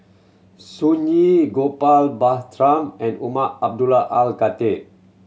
Sun Yee Gopal Baratham and Umar Abdullah Al Khatib